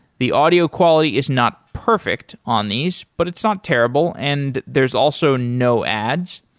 the audio quality is not perfect on these, but it's not terrible and there's also no ads.